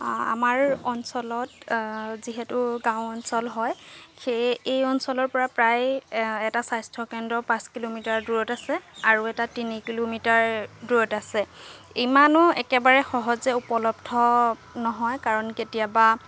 আমাৰ অঞ্চলত যিহেতু গাঁও অঞ্চল হয় সেয়ে এই অঞ্চলৰ পৰা প্ৰায় এটা স্বাস্থ্যকেন্দ্ৰ পাঁচ কিলোমিটাৰ দূৰত আছে আৰু এটা তিনি কিলোমিটাৰ দূৰত আছে ইমানো একেবাৰে সহজে উপলব্ধ নহয় কাৰণ কেতিয়াবা